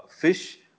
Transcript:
fish